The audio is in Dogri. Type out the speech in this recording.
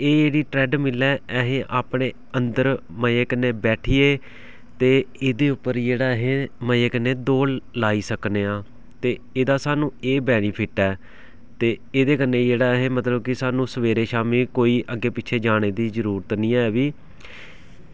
एह् जेह्ड़ी ट्रैडमिल ऐ असें अपने अंदर मज़े कन्नै बैठियै ते एह्दे उप्पर जेह्ड़ा असें मज़े कन्नै दौड़ लाई सकने आं ते एह्दा सानूं एह् बेनीफिट ऐ ते एह्दे कन्नै जेह्ड़ा ऐ के स्हानू मतलब कि सवेरै शामीं कोई अग्गें पिच्छें जाने दी कोई जरूरत निं ऐ बी